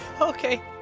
okay